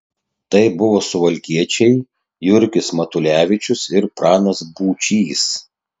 tai buvo suvalkiečiai jurgis matulevičius ir pranas būčys